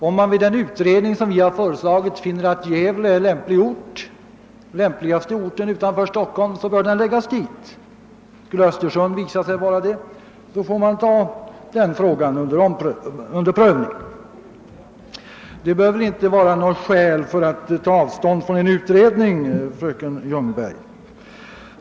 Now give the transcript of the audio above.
Om man i den utredning som vi föreslagit finner att Gävle är den lämpligaste orten utanför Stockholm, bör utbildningen förläggas dit. Och om Östersund skulle visa sig vara den lämpligaste orten, så får den frågan prövas. Det behöver inte vara något skäl för att yrka avslag på förslaget om en utredning, fröken Ljungberg!